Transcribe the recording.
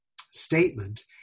statement